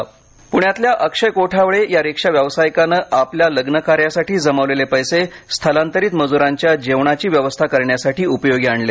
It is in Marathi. प्ण्यातल्या अक्षय कोठावळे या रिक्षा व्यावसायिकानं आपल्या लग्न कार्यासाठी जमवलेले पैसे स्थलांतरित मज़्रांच्या जेवणाची व्यवस्था करण्यासाठी उपयोगी आणले